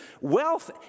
Wealth